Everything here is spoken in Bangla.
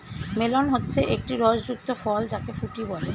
মেলন হচ্ছে একটি রস যুক্ত ফল যাকে ফুটি বলে